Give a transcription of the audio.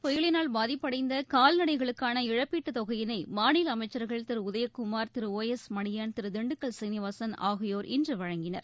புயலினால் பாதிப்படைந்தகால்நடைகளுக்கான இதற்கிடையே இழப்பீட்டுத் தொகையினைமாநிலஅமைச்சர்கள் திருஉதயக்குமார் திரு ஓ எஸ் மணியன் திருதிண்டுக்கல் சீனிவாசன் ஆகியோர் இன்றுவழங்கினர்